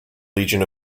legion